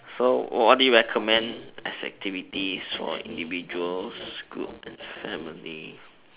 so what do you recommend as activities for individuals groups and families